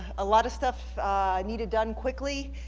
a lot of stuff needed done quickly